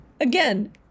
Again